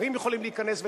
גברים יכולים להיכנס,